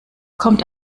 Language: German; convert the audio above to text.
kommt